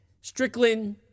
Strickland